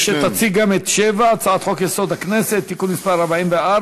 אני מציע שתציג גם את 7. הצעת חוק-יסוד: הכנסת (תיקון מס' 44)